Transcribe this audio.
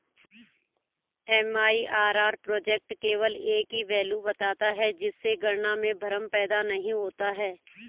MIRR project केवल एक ही वैल्यू बताता है जिससे गणना में भ्रम पैदा नहीं होता है